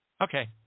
Okay